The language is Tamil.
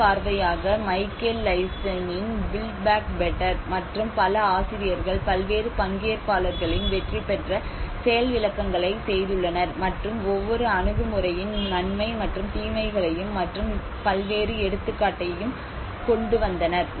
முதல் பார்வையாக மைக்கேல் லைசன் இன் பில்ட் பேக் பெட்டர் மற்றும் பல ஆசிரியர்கள் பல்வேறு பங்கேற்பாளர்களின் வெற்றிபெற்ற செயல் விளக்கங்களை செய்துள்ளனர் மற்றும் ஒவ்வொரு அணுகுமுறையின் நன்மை மற்றும் தீமைகளையும் மற்றும் பல்வேறு எடுத்துக்காட்டுகளையும் கொண்டுவந்தனர்